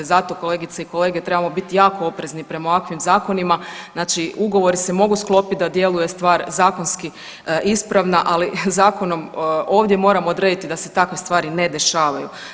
Zato, kolegice i kolege, trebamo biti jako oprezni prema ovakvim zakonima, znači ugovori se mogu sklopiti da djeluje stvar zakonski ispravna, ali zakonom ovdje moramo odrediti da se takve stvari ne dešavaju.